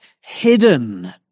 hidden